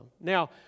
Now